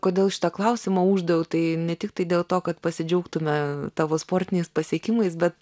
kodėl šitą klausimą uždaviau tai ne tiktai dėl to kad pasidžiaugtume tavo sportiniais pasiekimais bet